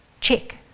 check